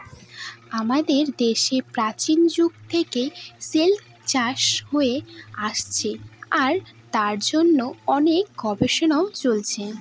আমাদের দেশে প্রাচীন যুগ থেকে সিল্ক চাষ হয়ে আসছে আর তার জন্য অনেক গবেষণাও চলছে